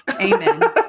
Amen